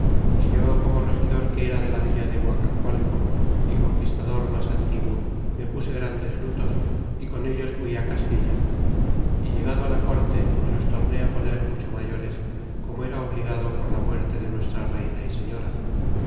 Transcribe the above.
é yo como regidor que era de la villa de guacacualco é conquistador mas antiguo me puse grandes lutos y con ellos fui á castilla y llegado á la corte me los torné á poner mucho mayores como era obligado por la muerte de nuestra reyna y señora